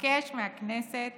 אבקש מהכנסת